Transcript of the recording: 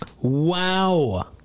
Wow